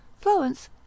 Florence